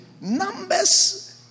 numbers